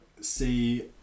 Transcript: see